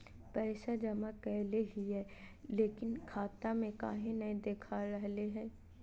पैसा जमा कैले हिअई, लेकिन खाता में काहे नई देखा रहले हई?